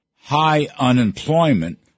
high-unemployment